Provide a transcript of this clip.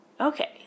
Okay